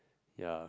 yeah